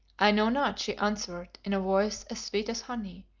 i know not, she answered in a voice as sweet as honey,